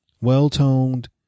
well-toned